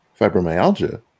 fibromyalgia